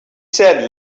said